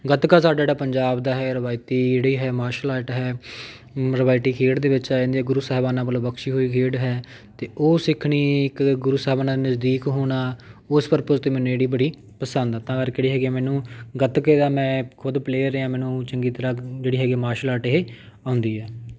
ਗੱਤਕਾ ਸਾਡਾ ਜਿਹੜਾ ਪੰਜਾਬ ਦਾ ਹੈ ਰਵਾਇਤੀ ਜਿਹੜੀ ਹੈ ਮਾਰਸ਼ਲ ਆਰਟ ਹੈ ਮਰਵਾਇਟੀ ਖੇਡ ਦੇ ਵਿੱਚ ਆ ਜਾਂਦੀ ਆ ਗੁਰੂ ਸਾਹਿਬਾਨਾਂ ਵੱਲੋਂ ਬਖਸ਼ੀ ਹੋਈ ਖੇਡ ਹੈ ਅਤੇ ਉਹ ਸਿੱਖਣੀ ਇੱਕ ਗੁਰੂ ਸਾਹਿਬਾਨਾਂ ਦੇ ਨਜ਼ਦੀਕ ਹੋਣਾ ਉਸ ਪਰਪਸ 'ਤੇ ਮੈਨੂੰ ਜਿਹੜੀ ਬੜੀ ਪਸੰਦ ਆ ਤਾਂ ਕਰਕੇ ਜਿਹੜੀ ਹੈਗੀ ਆ ਮੈਨੂੰ ਗੱਤਕੇ ਦਾ ਮੈਂ ਖੁਦ ਪਲੇਅਰ ਰਿਹਾ ਮੈਨੂੰ ਚੰਗੀ ਤਰ੍ਹਾਂ ਜਿਹੜੀ ਹੈਗੀ ਆ ਮਾਰਸ਼ਲ ਆਰਟ ਇਹ ਆਉਂਦੀ ਹੈ